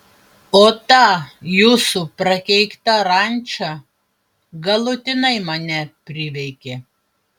o ta jūsų prakeikta ranča galutinai mane priveikė